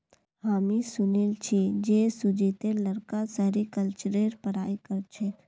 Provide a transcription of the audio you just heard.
हामी सुनिल छि जे सुजीतेर लड़का सेरीकल्चरेर पढ़ाई कर छेक